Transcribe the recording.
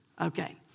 Okay